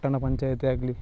ಪಟ್ಟಣ ಪಂಚಾಯ್ತಿಯಾಗಲಿ